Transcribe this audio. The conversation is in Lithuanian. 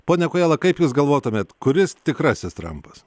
pone kojala kaip jūs galvotumėt kuris tikrasis trampas